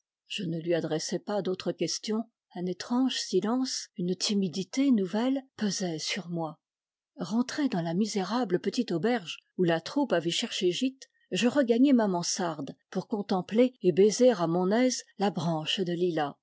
je ne lui adressai pas d'autre question un étrange silence une timidité nouvelle pesaient sur moi rentré dans la misérable petite auberge où la troupe avait cherché gîte je regagnai ma mansarde pour contempler et baiser à mon aise la branche de lilas